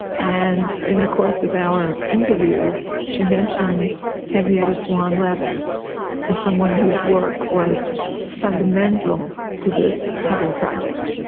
and in the course of our interview she mentioned henrietta swan leavitt as someone whose work was fundamental to the hubble project.